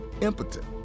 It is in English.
impotent